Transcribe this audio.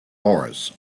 morris